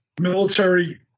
military